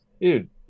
dude